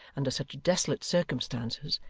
under such desolate circumstances,